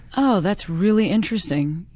oh, that's really interesting.